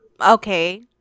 Okay